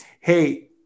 Hey